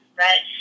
right